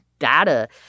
Data